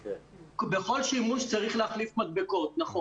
בכל שימוש צריך להחליף מדבקות, נכון.